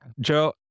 Joe